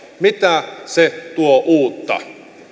mitä se tuo uutta